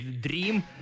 Dream